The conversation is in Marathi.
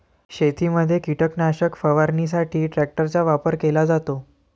शेतीमध्ये कीटकनाशक फवारणीसाठी ट्रॅक्टरचा वापर केला जातो